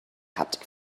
haptic